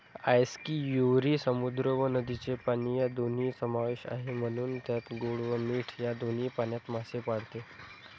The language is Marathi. आस्कियुरी समुद्र व नदीचे पाणी या दोन्ही समावेश आहे, म्हणून त्यात गोड व मीठ या दोन्ही पाण्यात मासे पाळते